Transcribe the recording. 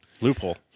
Loophole